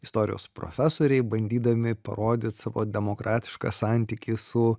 istorijos profesoriai bandydami parodyt savo demokratišką santykį su